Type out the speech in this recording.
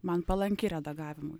man palanki redagavimui